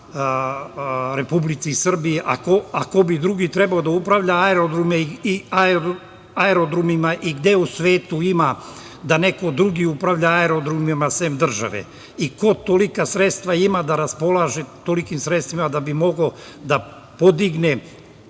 Republici Srbiji. Ko bi drugi trebao da upravlja aerodromima i gde u svetu ima da neko drugi upravlja aerodromima sem države, i ko tolika sredstva ima da raspolaže tolikim sredstvima da bi mogao da podigne